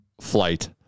flight